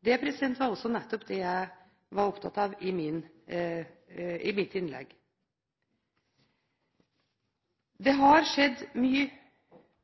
Det var nettopp det jeg var opptatt i mitt innlegg. Det har skjedd mye